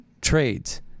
trades